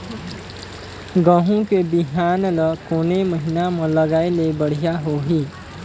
गहूं के बिहान ल कोने महीना म लगाय ले बढ़िया होही?